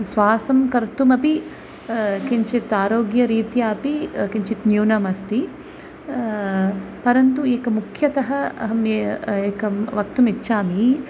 श्वासं कर्तुम् अपि किञ्चित् आरोग्यरीत्या अपि किञ्चित् न्यूनमस्ति परन्तु एकः मुख्यतः अहम् ए एकं वक्तुम् इच्छामि